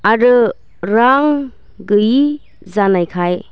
आरो रां गैयि जानायखाय